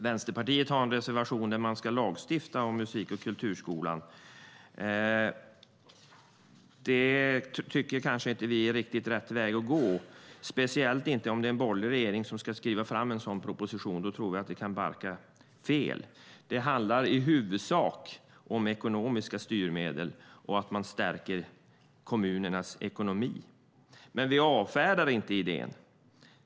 Vänsterpartiet har en reservation om att lagstifta om musik och kulturskola. Det tycker vi inte är riktigt rätt väg att gå, speciellt inte om den borgerliga regeringen ska skriva propositionen. Då tror vi att det kan gå fel. Det handlar i huvudsak om ekonomiska styrmedel och att man stärker kommunernas ekonomi. Vi avfärdar dock inte idén.